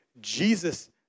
Jesus